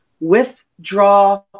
withdraw